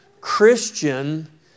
Christian